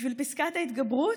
בשביל פסקת ההתגברות?